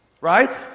right